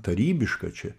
tarybiška čia